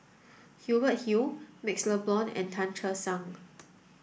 Hubert Hill MaxLe Blond and Tan Che Sang